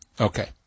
Okay